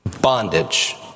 Bondage